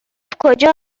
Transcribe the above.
کجا